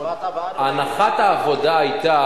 הנחת העבודה היתה,